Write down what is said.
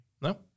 No